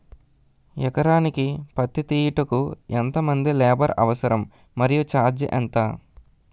ఎకరానికి పత్తి తీయుటకు ఎంత మంది లేబర్ అవసరం? మరియు ఛార్జ్ ఎంత?